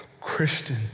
Christian